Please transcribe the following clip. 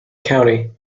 county